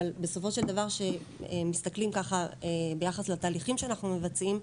אבל בסופו של דבר כשמסתכלים ביחס לתהליכים שאנחנו מבצעים,